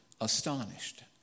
astonished